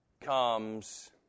comes